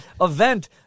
event